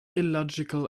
illogical